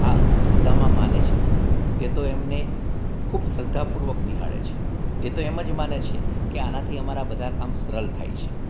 આ અંધશ્રદ્ધામાં માને છે તે તો એમને ખૂબ શ્રદ્ધા પૂર્વક નિહાળે છે તે તો એમ માને છે કે આનાથી અમારા બધા કામ સરળ થાય છે